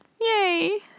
Yay